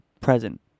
present